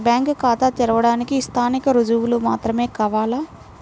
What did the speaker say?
Bank ఖాతా తెరవడానికి స్థానిక రుజువులు మాత్రమే కావాలా?